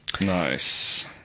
Nice